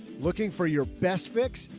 looking for your best fix,